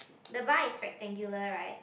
the bar is rectangular right